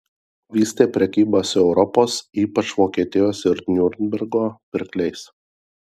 vystė prekybą su europos ypač vokietijos ir niurnbergo pirkliais